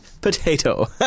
potato